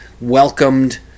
welcomed